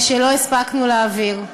שלא הספקנו להעביר.